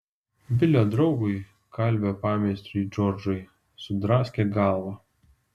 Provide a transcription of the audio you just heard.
bilio draugui kalvio pameistriui džordžui sudraskė galvą